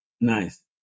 Nice